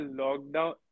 lockdown